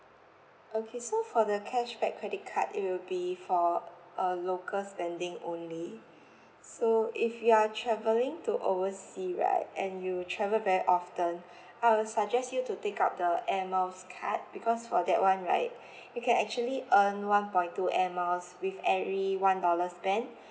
okay so for the cashback credit card it will be for uh local spending only so if you are travelling to overseas right and you travel very often I will suggest you to take up the air miles card because for that one right you can actually earn one point two air miles with every one dollar spent